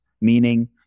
meaning